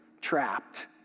trapped